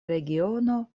regiono